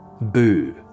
Boo